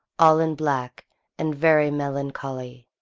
all in black and very melancholy,